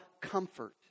comfort